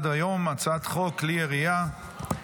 אני קובע כי הצעת חוק לתיקון ולהארכת